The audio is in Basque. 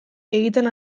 egiten